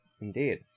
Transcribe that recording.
Indeed